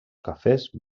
cafès